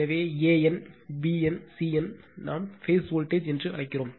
எனவே an b n c n நாம் base voltage என்று அழைக்கிறோம்